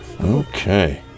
Okay